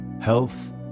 health